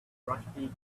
rusty